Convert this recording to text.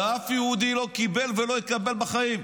שאף יהודי לא קיבל ולא יקבל בחיים.